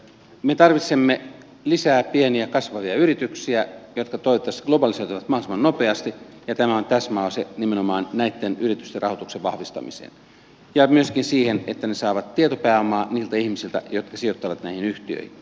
me tarvitsemme lisää pieniä kasvavia yrityksiä jotka toivottavasti globalisoituvat mahdollisimman nopeasti ja tämä on täsmäase nimenomaan näitten yritysten rahoituksen vahvistamiseen ja myöskin siihen että ne saavat tietopääomaa niiltä ihmisiltä jotka sijoittavat näihin yhtiöihin